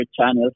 channels